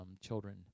children